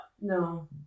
No